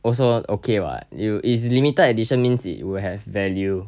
also okay [what] you is limited edition means it will have value